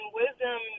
wisdom